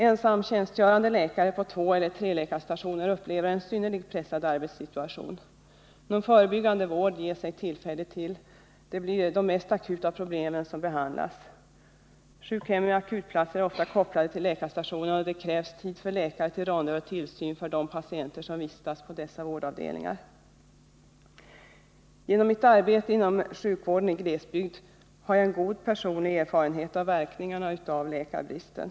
Ensamtjänstgörande läkare på tvåeller treläkarstationer upplever en synnerligen pressad arbetssituation. Någon förebyggande vård ges det inte tillfälle till. Det blir de mest akuta problemen som behandlas. Sjukhem med akutplatser är också ofta kopplade till läkarstationerna, och det krävs tid för läkare till ronder och tillsyn för de patienter som vistas på dessa vårdavdelningar. Genom mitt arbete inom sjukvården i glesbygd har jag en god personlig erfarenhet av verkningarna av läkarbristen.